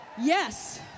yes —